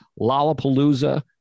Lollapalooza